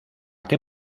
que